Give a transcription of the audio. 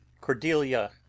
Cordelia